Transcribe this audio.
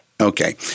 Okay